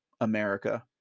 America